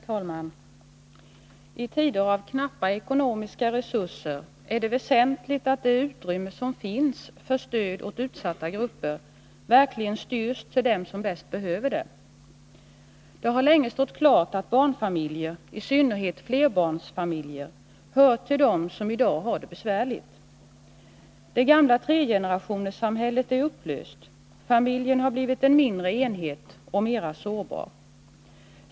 Herr talman! I tider av knappa ekonomiska resurser är det väsentligt att det stöd åt utsatta grupper som det finns utrymme för verkligen styrs till dem som bäst behöver det. Det har länge stått klart att barnfamiljer, i synnerhet flerbarnsfamiljer, hör till dem som i dag har det besvärligt. Det gamla tregenerationerssamhället är upplöst, familjen har blivit en mindre enhet och mera sårbar.